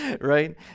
right